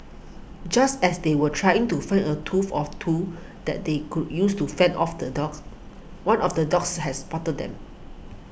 just as they were trying to find a of two that they could use to fend off the dogs one of the dogs has spotted them